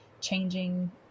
changing